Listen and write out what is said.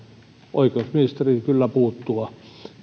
oikeusministerin kyllä puuttua